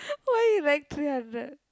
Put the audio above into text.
why you like three hundred